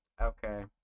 Okay